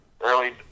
early